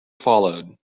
followed